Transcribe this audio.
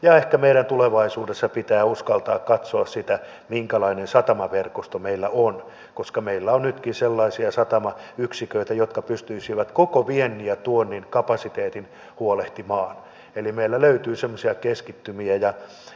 ehkä meidän tulevaisuudessa pitää uskaltaa katsoa sitä minkälainen satamaverkosto meillä on koska meillä on nytkin sellaisia satamayksiköitä jotka pystyisivät koko viennin ja tuonnin kapasiteetin huolehtimaan eli meillä löytyy semmoisia keskittymiä